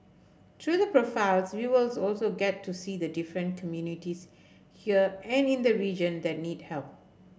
through the profiles viewers also get to see the different communities here and in the region that need help